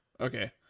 Okay